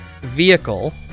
vehicle